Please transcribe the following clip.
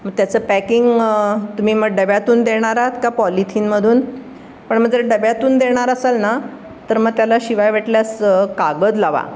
मग त्याचं पॅकिंग तुम्ही मग डब्यातून देणार आहात का पॉलिथिनमधून पण मग जर डब्यातून देणार असाल ना तर मग त्याला शिवाय वाटल्यास कागद लावा